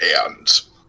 hands